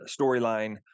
storyline